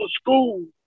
school